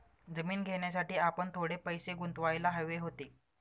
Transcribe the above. जमीन घेण्यासाठी आपण थोडे पैसे गुंतवायला हवे होते